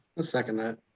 ah second that.